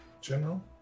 general